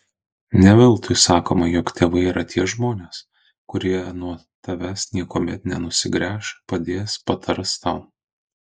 ne veltui sakoma jog tėvai yra tie žmonės kurie nuo tavęs niekuomet nenusigręš padės patars tau